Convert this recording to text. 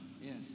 Yes